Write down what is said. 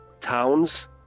towns